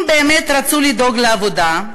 אם באמת רצו לדאוג לעבודה,